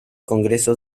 congreso